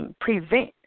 prevent